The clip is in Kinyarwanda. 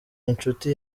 inshuti